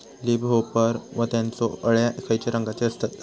Leaf hopper व त्यानचो अळ्या खैचे रंगाचे असतत?